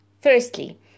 Firstly